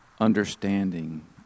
understanding